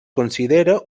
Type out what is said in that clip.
considera